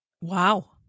Wow